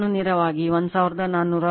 6 VAr ನಲ್ಲಿ ಬರೆದಿದ್ದೇನೆ